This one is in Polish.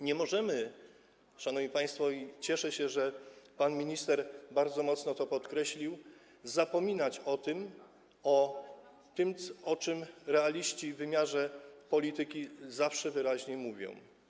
Nie możemy, szanowni państwo - i cieszę się, że pan minister bardzo mocno to podkreślił - zapominać o tym, o czym realiści w wymiarze polityki zawsze wyraźnie mówią.